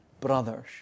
brothers